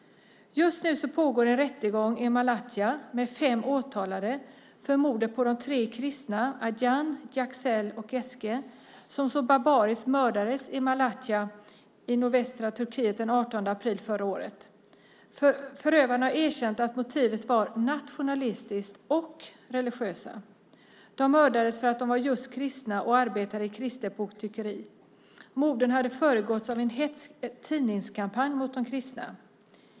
Just nu pågår en rättegång i Malatya med fem åtalade för morden på de tre kristna - Aydin, Yuksel och Geske - som så barbariskt mördades i Malatya i nordvästra Turkiet den 18 april förra året. Förövarna har erkänt att motiven var nationalistiska och religiösa. De mördades för att de var just kristna och arbetade i ett kristet boktryckeri. Morden hade föregåtts av en hätsk tidningskampanj mot de kristna.